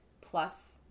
plus